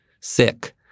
sick